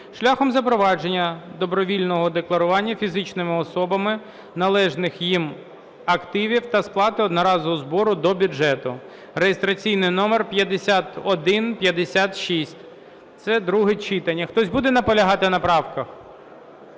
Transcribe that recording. шляхом запровадження добровільного декларування фізичними особами належних їм активів та сплати одноразового збору до бюджету (реєстраційний номер 5156). Це друге читання. Хтось буде наполягати на правках?